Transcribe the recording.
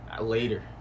later